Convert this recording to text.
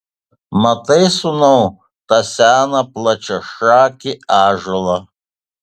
matai sūnau tą seną plačiašakį ąžuolą